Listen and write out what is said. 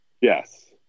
Yes